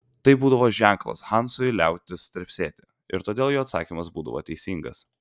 tai būdavo ženklas hansui liautis trepsėti ir todėl jo atsakymas būdavo teisingas